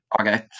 okay